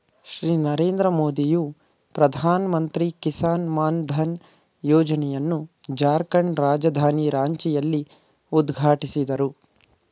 ಶ್ರೀ ನರೇಂದ್ರ ಮೋದಿಯು ಪ್ರಧಾನಮಂತ್ರಿ ಕಿಸಾನ್ ಮಾನ್ ಧನ್ ಯೋಜನೆಯನ್ನು ಜಾರ್ಖಂಡ್ ರಾಜಧಾನಿ ರಾಂಚಿಯಲ್ಲಿ ಉದ್ಘಾಟಿಸಿದರು